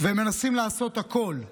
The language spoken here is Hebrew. והם מנסים לעשות הכול,